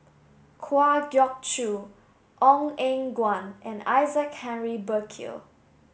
Kwa Geok Choo Ong Eng Guan and Isaac Henry Burkill